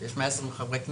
יש 120 חברי כנסת.